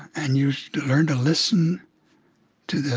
and use to learn to listen to